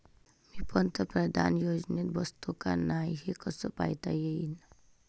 मी पंतप्रधान योजनेत बसतो का नाय, हे कस पायता येईन?